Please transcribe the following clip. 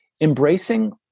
embracing